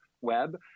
web